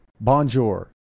Bonjour